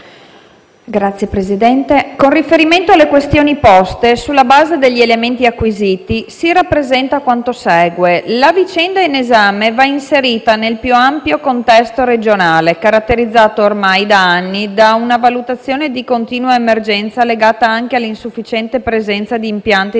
Signor Presidente, con riferimento alle questioni poste, sulla base degli elementi acquisiti, si rappresenta quanto segue: la vicenda in esame va inserita nel più ampio contesto regionale caratterizzato ormai da anni da una valutazione di continua emergenza, legata anche all'insufficiente presenza di impianti